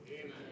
Amen